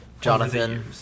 Jonathan